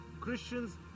Christians